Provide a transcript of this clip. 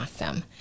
awesome